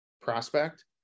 prospect